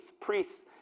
priests